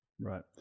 right